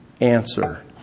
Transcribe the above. answer